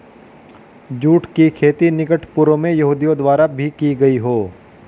जुट की खेती निकट पूर्व में यहूदियों द्वारा भी की गई हो